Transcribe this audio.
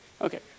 okay